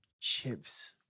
chips